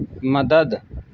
مدد